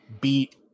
Beat